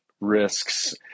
risks